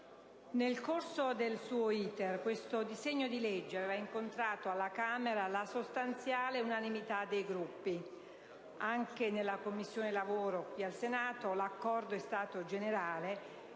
nel corso del suo *iter* questo disegno di legge aveva incontrato alla Camera la sostanziale unanimità dei Gruppi. Anche nella Commissione lavoro al Senato l'accordo è stato generale